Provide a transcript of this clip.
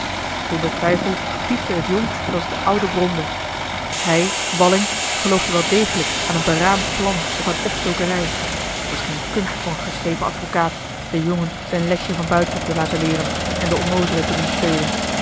zonder twijfel piepte het jong zooals de oude bromde hij walling geloofde wel degelijk aan een beraamd plan of aan opstokerij het was geen kunst voor een geslepen advocaat den jongen zijn lesje van buiten te laten leeren en den onnoozele te doen spelen